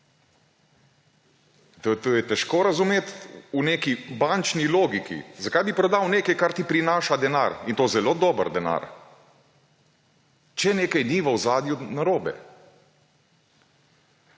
To je težko razumeti v neki bančni logiki, zakaj bi prodal nekaj, kar ti prinaša denar, in to zelo dober denar, če nekaj ni v ozadju narobe.